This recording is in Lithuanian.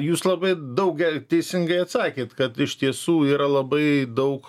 jūs labai daugel teisingai atsakėt kad iš tiesų yra labai daug